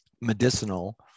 medicinal